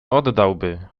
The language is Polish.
oddałby